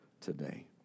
today